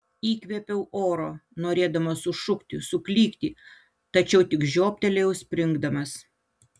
įkvėpiau oro norėdamas sušukti suklykti tačiau tik žioptelėjau springdamas